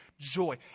joy